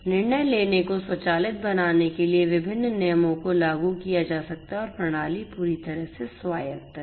निर्णय लेने को स्वचालित बनाने के लिए विभिन्न नियमों को लागू किया जा सकता है और प्रणाली पूरी तरह से स्वायत्त है